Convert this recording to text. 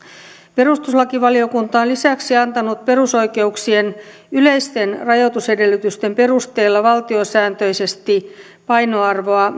perustuslakivaliokunta on lisäksi antanut perusoikeuksien yleisten rajoitusedellytysten perusteella valtiosääntöisesti painoarvoa